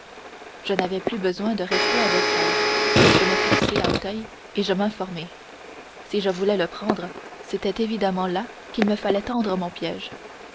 je n'avais plus besoin de rester à versailles je me fixai à auteuil et je m'informai si je voulais le prendre c'était évidemment là qu'il me fallait tendre mon piège